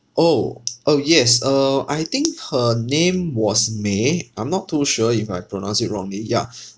orh orh yes uh I think her name was may I'm not too sure if I pronounce it wrongly ya